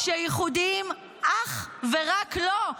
-- שייחודיים אך ורק לו.